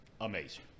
amazing